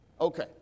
Okay